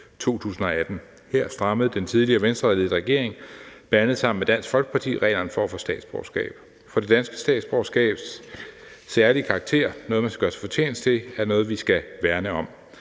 2018. Her strammede den tidligere Venstreledede regering, bl.a. sammen med Dansk Folkeparti, reglerne for at få statsborgerskab. For det danske statsborgerskabs særlige karakter, noget, man skal gøre sig fortjent til, er noget, vi skal værne om.